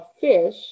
fish